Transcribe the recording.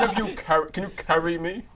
you carry kind of carry me?